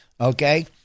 okay